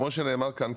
כמו שנאמר כאן,